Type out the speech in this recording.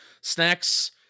Snacks